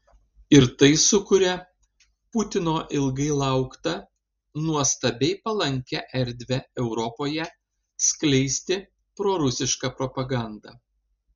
ir tai sukuria putino ilgai lauktą nuostabiai palankią erdvę europoje skleisti prorusišką propagandą